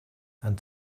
and